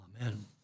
Amen